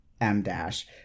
M-dash